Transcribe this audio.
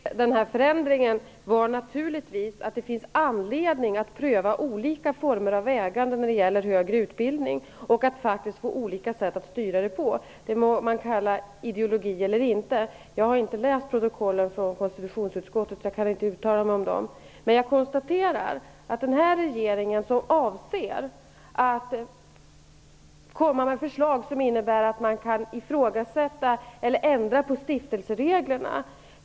Herr talman! Huvudskälet till den här förändringen var naturligtvis att det finns anledning att pröva olika former av överväganden när det gäller högre utbildning och olika sätt att styra den på. Man må sedan kalla det ideologi eller inte. Jag har inte läst protokollen från konstitutionsutskottet så jag kan inte uttala mig om dem. Men jag konstaterar att den här regeringen avser att komma med förslag som innebär att man kan ifrågasätta eller ändra på stiftelsereglerna.